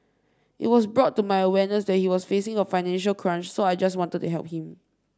it was brought to my awareness that he was facing a financial crunch so I just wanted to help him